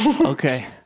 Okay